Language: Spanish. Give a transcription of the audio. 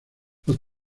los